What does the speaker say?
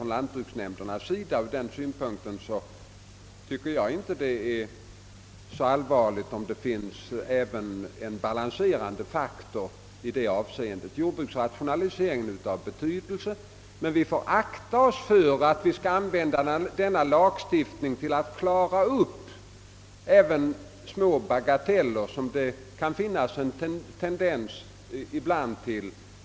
Ur den synpunkten tycker jag inte att det är så allvarligt att det finns en balanserande faktor i detta sammanhang. Jordbruksrationaliseringen är av stor betydelse, men vi får akta oss för att använda denna lagstiftning till att klara upp även små bagateller, något som det ibland funnits en tendens till.